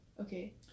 Okay